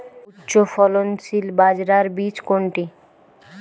উচ্চফলনশীল বাজরার বীজ কোনটি?